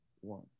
one